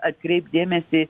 atkreipt dėmesį